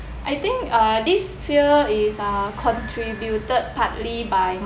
I think uh this fear is uh contributed partly by